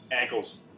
ankles